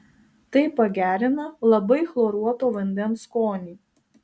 tai pagerina labai chloruoto vandens skonį